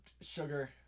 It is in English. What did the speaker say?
sugar